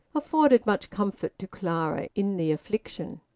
afforded much comfort to clara in the affliction.